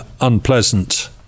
unpleasant